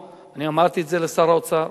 אמרתי את זה לשר האוצר,